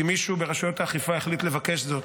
כי מישהו ברשויות האכיפה החליט לבקש זאת.